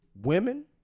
Women